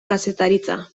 kazetaritza